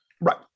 Right